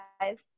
guys